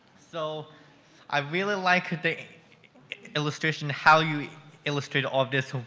so i really like the illustration how you illustrate all of this.